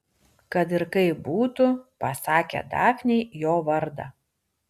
kad ir kaip būtų pasakė dafnei jo vardą